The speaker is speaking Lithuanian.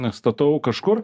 nestatau kažkur